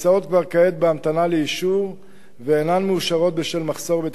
כעת בהמתנה לאישור ואינן מאושרות בשל מחסור בתקציבים.